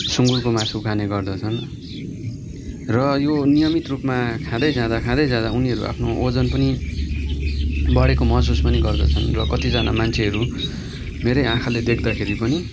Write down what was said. सुँगुरको मासु खाने गर्दछन् र यो नियमित रूपमा खाँदै जाँदा खाँदै जाँदा उनीहरू आफ्नो ओजन पनि बढेको महसुस पनि गर्दछन् र कतिजना मान्छेहरू मेरै आँखाले देख्दाखेरि पनि